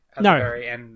No